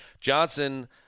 Johnson